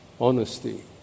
honesty